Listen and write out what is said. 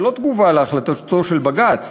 זה לא תגובה להחלטתו של בג"ץ.